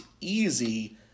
Easy